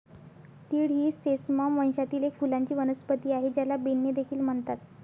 तीळ ही सेसमम वंशातील एक फुलांची वनस्पती आहे, ज्याला बेन्ने देखील म्हणतात